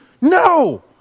No